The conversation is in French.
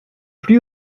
plus